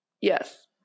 Yes